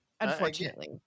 Unfortunately